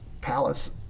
palace